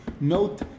Note